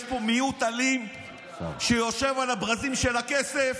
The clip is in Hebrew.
יש פה מיעוט אלים שיושב על הברזים של הכסף,